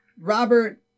Robert